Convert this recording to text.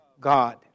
God